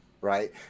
right